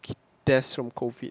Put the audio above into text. deaths from COVID